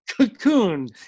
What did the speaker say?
Cocoon